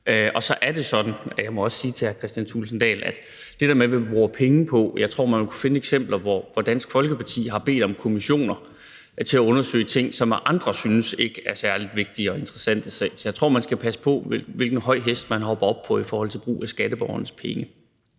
også sådan, at jeg må sige til hr. Kristian Thulesen Dahl, at jeg i forhold til det der med, hvad man bruger penge på, tror, at man vil kunne finde eksempler, hvor Dansk Folkeparti har bedt om kommissioner til at undersøge ting, som andre ikke har syntes var særlig vigtige og interessante. Så jeg tror, man skal passe på, at man ikke hopper op på den for høje hest i forhold til brug af skatteborgernes penge.